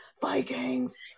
vikings